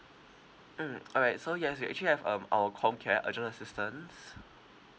mm all right so yes we actually have um our comcare urgent assistance